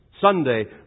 Sunday